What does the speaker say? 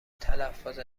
تلفظ